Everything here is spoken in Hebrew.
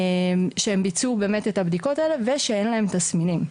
שהם ביצעו באמת את הבדיקות האלה ושאין להם תסמינים.